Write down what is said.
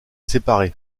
séparé